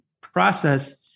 process